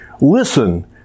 Listen